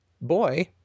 boy